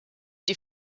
die